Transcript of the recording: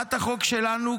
הצעת החוק שלנו,